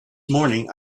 morning